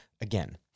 again